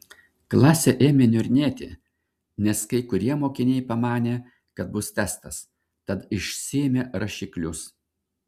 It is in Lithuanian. klasė ėmė niurnėti nes kai kurie mokiniai pamanė kad bus testas tad išsiėmė rašiklius